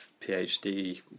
PhD